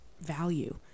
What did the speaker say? value